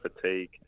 fatigue